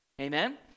Amen